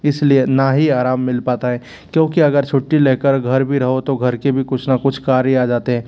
इसलिए ना ही आराम मिल पाता है क्योंकि अगर छुट्टी लेकर घर भी रहो तो घर के भी कुछ ना कुछ कार्य आ जाते हैं